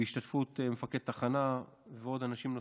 בהשתתפות מפקד תחנה ואנשים נוספים.